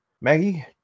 Maggie